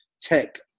tech